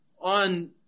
on